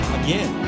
again